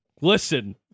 Listen